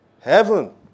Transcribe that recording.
heaven